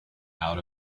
out